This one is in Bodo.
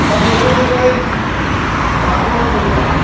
दा बेफोरनिफ्राय बारग'नांगौबा